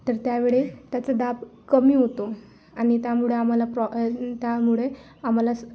तर त्यावेळी त्याचं दाब कमी होतो आणि त्यामुळे आम्हाला प्रॉ त्यामुळे आम्हाला स